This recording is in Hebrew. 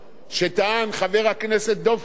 על כך שהדיון הזה צריך להתקיים כאן,